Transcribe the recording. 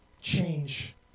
change